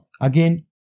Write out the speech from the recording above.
Again